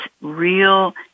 real